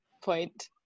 point